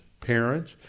parents